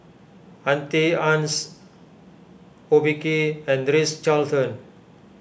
Auntie Anne's Obike and Ritz Carlton